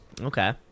Okay